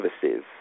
services